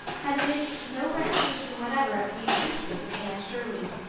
had evinced no recognition whatever of the existence of anne shirley.